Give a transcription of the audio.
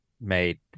made